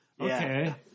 Okay